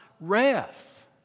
wrath